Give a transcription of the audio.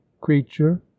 creature